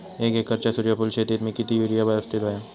एक एकरच्या सूर्यफुल शेतीत मी किती युरिया यवस्तित व्हयो?